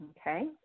Okay